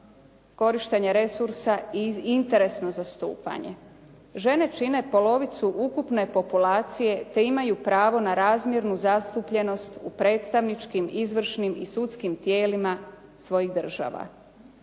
korištenje resursa i interesno zastupanje. Žene čine polovicu ukupne populacije te imaju pravo na razmjernu zastupljenosti u predstavničkim, izvršnim i sudskim tijelima svojih država.